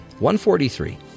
143